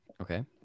Okay